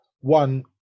one